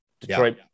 Detroit